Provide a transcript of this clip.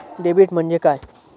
Debit म्हणजे काय?